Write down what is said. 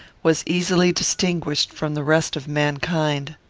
was easily distinguished from the rest of mankind.